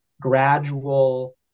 gradual